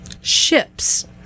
Ships